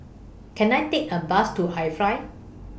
Can I Take A Bus to IFly